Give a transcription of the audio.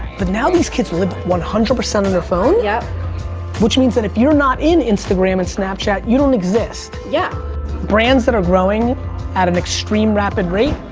but now these kids live one hundred percent on their phone, yeah which means that if you're not in instagram and snapchat, you don't exist. yeah brands that are growing at an extreme rapid rate,